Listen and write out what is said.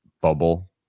bubble